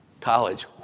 College